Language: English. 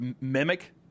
mimic